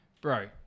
bro